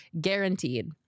guaranteed